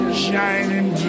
shining